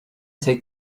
take